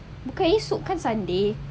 bukan esok ke sunday